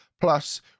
plus